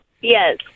Yes